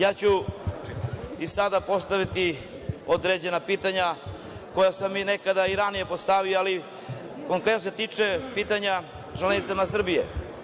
Ja ću i sada postaviti određena pitanja koja sam i nekada ranije postavio, konkretno se tiče pitanja o „Železnicama Srbije“